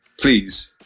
please